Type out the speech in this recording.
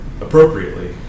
appropriately